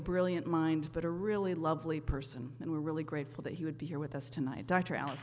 a brilliant mind but a really lovely person and we're really grateful that he would be here with us tonight dr al